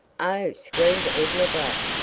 oh! screamed edna black,